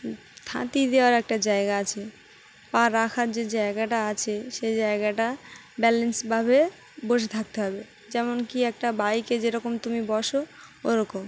থাঁতি দেওয়ার একটা জায়গা আছে পা রাখার যে জায়গাটা আছে সেই জায়গাটা ব্যালেন্সভাবে বসে থাকতে হবে যেমন কি একটা বাইকে যেরকম তুমি বসো ওরকম